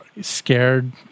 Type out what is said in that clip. scared